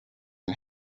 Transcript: and